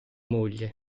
moglie